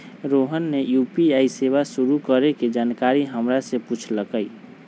रोहन ने यू.पी.आई सेवा शुरू करे के जानकारी हमरा से पूछल कई